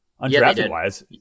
undrafted-wise